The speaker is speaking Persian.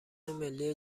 ملی